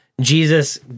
Jesus